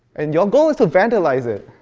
and your goal is to vandalize it?